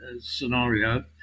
scenario